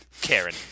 Karen